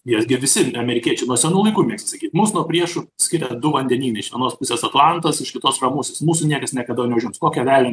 nes gi visi amerikiečiai nuo senų laikų mėgsta sakyt mus nuo priešų skiria du vandenynai iš anos pusės atlantas iš kitos ramusis mūsų niekas niekada neužims kokio velnio